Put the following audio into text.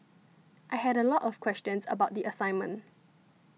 I had a lot of questions about the assignment